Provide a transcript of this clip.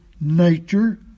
nature